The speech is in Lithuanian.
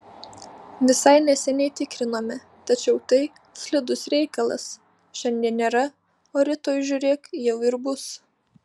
visai neseniai tikrinome tačiau tai slidus reikalas šiandien nėra o rytoj žiūrėk jau ir bus